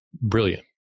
brilliant